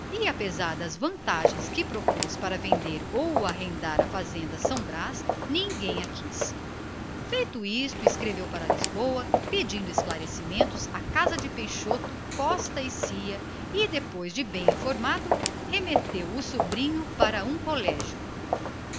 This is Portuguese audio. apesar das vantagens que propôs para vender ou arrendar a fazenda de são brás ninguém a quis isto feito escreveu logo para lisboa pedindo esclarecimentos à casa peixoto costa cia e uma vez bem informado no que desejava remeteu o sobrinho para um colégio